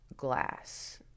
Glass